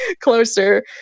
closer